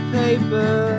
paper